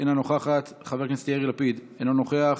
אינה נוכחת, חבר הכנסת יאיר לפיד, אינו נוכח,